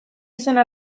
izena